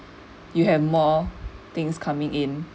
you have more things coming in